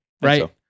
Right